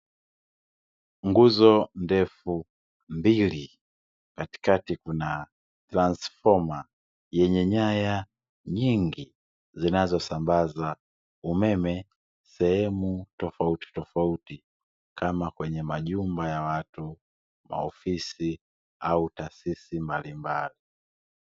Nguzo ndefu mbili, katikati kuna transfoma yenye nyaya nyingi zinazosambaza umeme sehemu tofautitofauti, kama kwenye majumba ya watu, maofisi au taasisi mbalimbali.